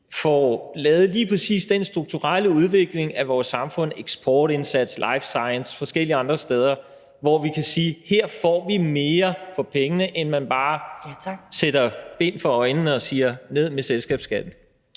får lavet lige præcis den strukturelle udvikling af vores samfund – eksportindsats, life science, forskellige andre ting – hvor vi kan sige, at her får vi mere for pengene, end hvis man bare tager bind for øjnene og siger: Ned med selskabsskatten.